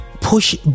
push